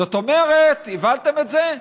זאת אומרת, הבנתם את זה?